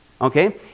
Okay